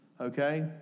Okay